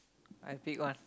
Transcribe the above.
I pick one